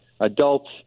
adults